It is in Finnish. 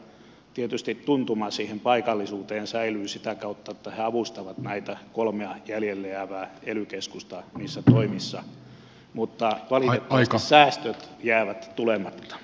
mutta siellä tietysti tuntuma siihen paikallisuuteen säilyy sitä kautta että he avustavat näitä kolmea jäljelle jäävää ely keskusta niissä toimissa mutta valitettavasti säästöt jäävät tulematta